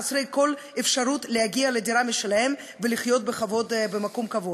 חסרי כל אפשרות להגיע לדירה משלהם ולחיות בכבוד במקום קבוע,